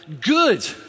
good